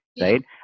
right